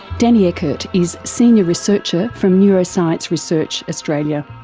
danny eckert is senior researcher from neuroscience research australia.